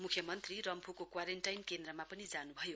मुख्यमन्त्री रम्फूको क्वारेन्टाइन केन्द्रमा पनि जानुभयो